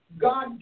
God